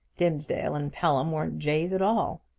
dimsdale and pelham weren't jays at all.